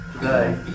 today